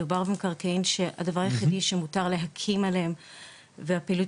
מדובר במקרקעין שהדבר היחידי שמותר להקים עליהם והפעילות